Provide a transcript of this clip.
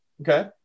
Okay